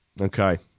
Okay